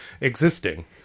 existing